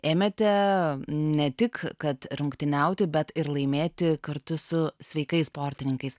ėmėte ne tik kad rungtyniauti bet ir laimėti kartu su sveikais sportininkais